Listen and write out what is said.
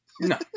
No